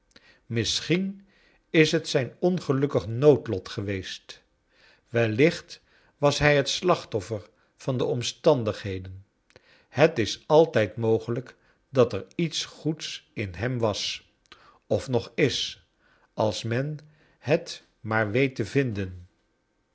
misschien is het zijn ongelukkig noodlat geweest wellicht was hij het slachtoffer van de omstandigheden het is altijd mogelrjk dat er iets goeds in hem was of nog is als men het maar weet te vinden